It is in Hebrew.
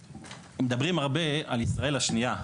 מדברים הרבה על ישראל השנייה,